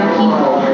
people